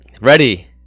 Ready